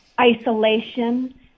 isolation